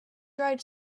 dried